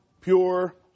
pure